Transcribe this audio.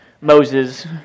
Moses